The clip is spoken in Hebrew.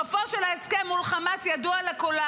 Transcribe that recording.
סופו של ההסכם מול חמאס ידוע לכולם: